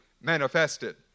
manifested